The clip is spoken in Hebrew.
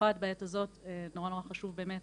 במיוחד בעת הזאת, נורא חשובה באמת